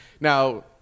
Now